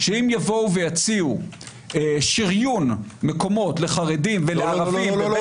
אם יבואו ויציעו שריון מקומות לחרדים ולערבים בבית המשפט העליון -- לא,